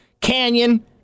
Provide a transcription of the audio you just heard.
Canyon